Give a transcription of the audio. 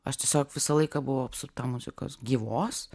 aš tiesiog visą laiką buvau apsupta muzikos gyvos